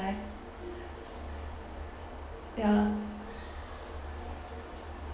ya